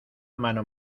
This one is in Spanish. mano